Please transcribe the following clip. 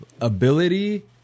ability